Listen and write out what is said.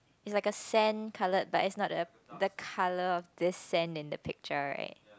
it's like a sand colour but it's not the the colour of this sand in the picture right